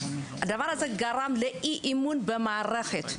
הדבר הזה גרם לאי-אמון במערכת.